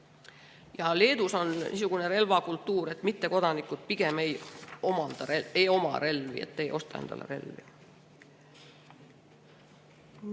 Leedus on niisugune relvakultuur, et mittekodanikel pigem ei ole relvi, nad ei osta endale relvi.